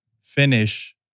finish